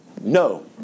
No